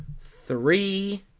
three